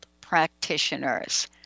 practitioners